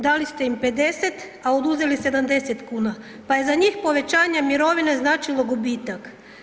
Dali ste im 50, a uduzeli 70,00 kn, pa je za njih povećanje mirovine značilo gubitak.